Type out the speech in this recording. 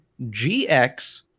GX